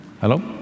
Hello